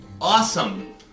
awesome